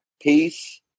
peace